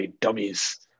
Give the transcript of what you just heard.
dummies